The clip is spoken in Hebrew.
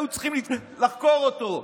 היו צריכים לחקור אותו,